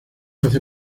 hace